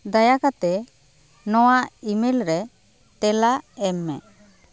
ᱫᱟᱭᱟ ᱠᱟᱛᱮ ᱱᱚᱶᱟ ᱤᱢᱮᱞ ᱨᱮ ᱛᱮᱞᱟ ᱮᱢ ᱢᱮ